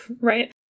right